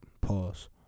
Pause